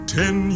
ten